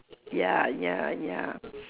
ya ya ya